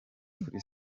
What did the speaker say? kuri